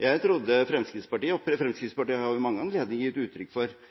Fremskrittspartiet har ved mange anledninger gitt uttrykk for